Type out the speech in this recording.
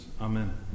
Amen